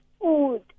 food